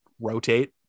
rotate